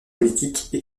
politique